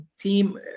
team